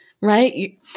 Right